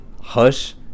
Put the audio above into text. hush